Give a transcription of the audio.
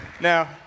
Now